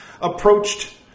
approached